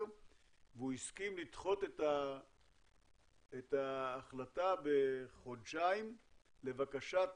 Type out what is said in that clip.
והוא הסכים לדחות את ההחלטה בחודשיים לבקשת